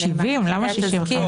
70. למה 65?